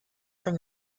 from